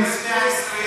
אם, אדוני השר,